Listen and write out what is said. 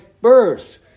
birth